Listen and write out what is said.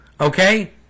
okay